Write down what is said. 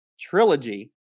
trilogy